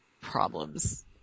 problems